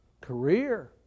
career